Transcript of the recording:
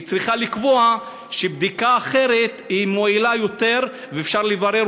צריכה לקבוע שבדיקה אחרת מועילה יותר ואפשר לברר